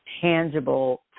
tangible